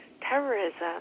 terrorism